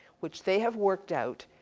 which they have worked out,